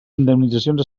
indemnitzacions